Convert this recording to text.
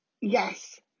yes